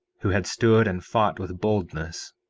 who had stood and fought with boldness,